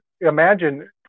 imagine